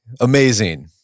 amazing